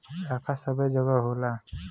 शाखा सबै जगह होला